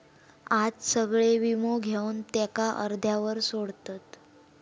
आज सगळे वीमो घेवन त्याका अर्ध्यावर सोडतत